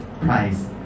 price